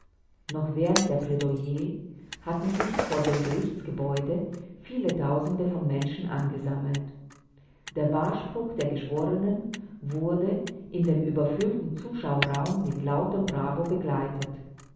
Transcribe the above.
noch während der plädoyers hatten sich vor dem gerichtsgebäude viele tausende von menschen angesammelt der wahrspruch der geschworenen wurde in dem uberfüllten zuschauerraum mit lautem bravo begleitet